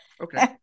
Okay